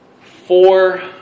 four